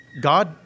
God